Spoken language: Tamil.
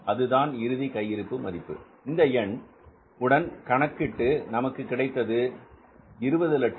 அதுதான் இறுதி கையிருப்பு மதிப்பு இந்த எண் உடன் கணக்கீட்டு நமக்கு கிடைத்தது 2015625